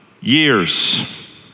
years